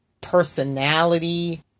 personality